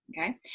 okay